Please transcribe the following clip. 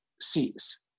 sees